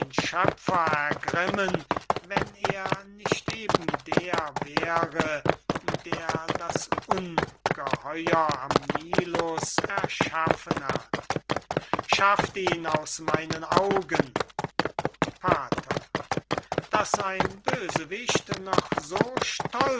schöpfer ergrimmen wenn er nicht eben der wäre der das ungeheuer am nilus erschaffen hat schafft ihn aus meinen augen pater daß ein bösewicht noch so stolz